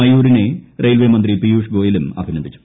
മയൂരിനെ railway മന്ത്രി പീയുഷ് ഗോയലും അഭിനന്ദിച്ചു